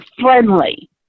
friendly